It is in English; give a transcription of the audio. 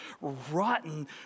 rotten